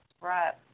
Right